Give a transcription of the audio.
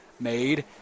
made